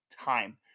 time